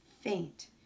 faint